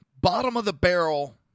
bottom-of-the-barrel